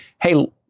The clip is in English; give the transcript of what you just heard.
hey